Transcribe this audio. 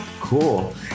Cool